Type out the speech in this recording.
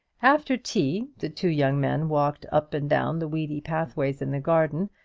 after tea the two young men walked up and down the weedy pathways in the garden,